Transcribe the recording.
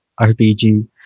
RPG